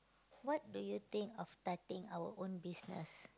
what do you think of starting our own business